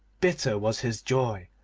bitter was his joy,